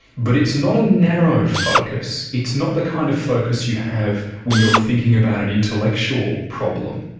but it's not a narrow focus, it's not the kind of focus you have when you're thinking about an intellectual problem,